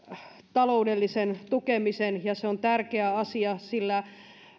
taloudellisen tukemisen ja se on tärkeä asia sillä